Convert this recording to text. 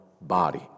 body